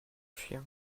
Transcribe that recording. chien